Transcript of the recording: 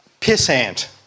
pissant